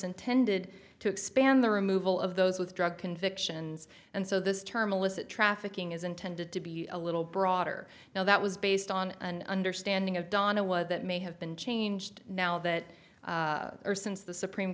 intended to expand the removal of those with drug convictions and so the term illicit trafficking is intended to be a little broader now that was based on an understanding of donna was that may have been changed now that since the supreme